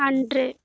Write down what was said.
அன்று